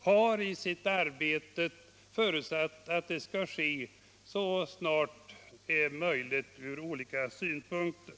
har i sitt arbete förutsatt att det skall ske så snart det är möjligt ur olika synvinklar.